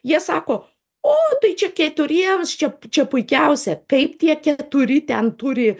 jie sako o tai čia keturiems čia p čia puikiausia kaip tie keturi ten turi